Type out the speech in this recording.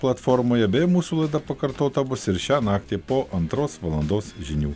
platformoje bei mūsų laida pakartota bus ir šią naktį po antros valandos žinių